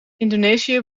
indonesië